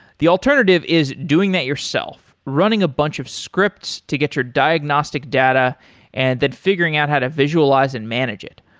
the alternative is doing that yourself, running a bunch of scripts to get your diagnostic data and then figuring out how to visualize and manage it.